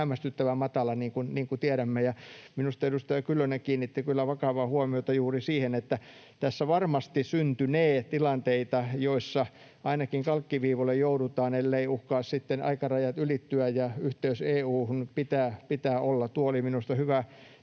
hämmästyttävän matala, niin kuin tiedämme... Minusta edustaja Kyllönen kiinnitti kyllä vakavaa huomiota juuri siihen, että tässä varmasti syntynee tilanteita, joissa ainakin kalkkiviivoille joudutaan, elleivät uhkaa sitten aikarajat ylittyä, ja yhteys EU:hun pitää olla. Tuo oli minusta hyvä,